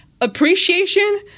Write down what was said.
appreciation